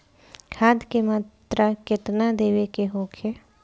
खाध के मात्रा केतना देवे के होखे?